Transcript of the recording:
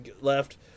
left